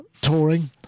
touring